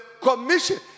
commission